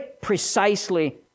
precisely